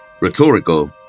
Rhetorical